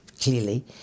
clearly